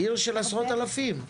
עיר של עשרות אלפים.